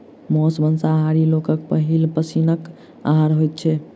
मौस मांसाहारी लोकक पहिल पसीनक आहार होइत छै